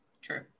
true